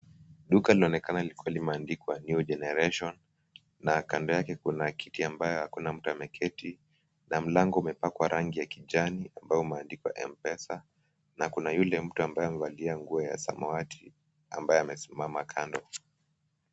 Duka linaonekana likiwa limeandikwa New Generation na kando yake kuna kiti ambayo hakuna mtu ameketi na mlango umepakwa rangi ya kijani ambao umeandikwa M-Pesa na kuna yule mtu ambaye amevalia nguo ya samawati ambaye amesimama kando.